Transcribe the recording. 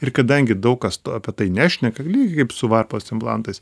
ir kadangi daug kas apie tai nešneka lygiai kaip su varpos implantais